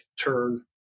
turn